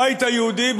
הבית היהודי,